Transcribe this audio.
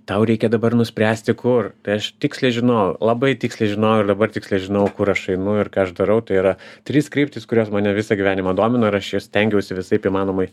tau reikia dabar nuspręsti kur tai aš tiksliai žinojau labai tiksliai žinojau ir dabar tiksliai žinau kur aš einu ir ką aš darau tai yra trys kryptys kurios mane visą gyvenimą domina ir aš jas stengiausi visaip įmanomai